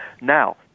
Now